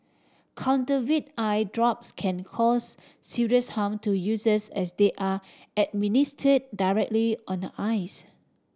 counterfeit eye drops can cause serious harm to users as they are administered directly on the eyes